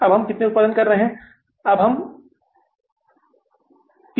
अब हम पहले कितनी उत्पादन कर रहे हैं कितनी यूनिट का उत्पादन कर रहे हैं